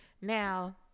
Now